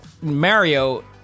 Mario